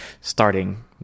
starting